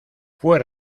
fue